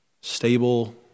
stable